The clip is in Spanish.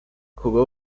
jugó